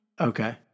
Okay